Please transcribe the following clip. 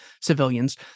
civilians